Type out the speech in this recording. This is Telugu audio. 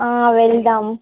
వెళ్దాము